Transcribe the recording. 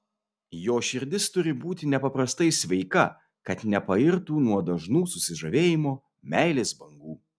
jos širdis turi būti nepaprastai sveika kad nepairtų nuo dažnų susižavėjimo meilės bangų